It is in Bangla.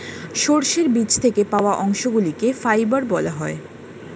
সর্ষের বীজ থেকে পাওয়া অংশগুলিকে ফাইবার বলা হয়